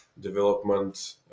development